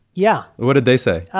yeah what did they say?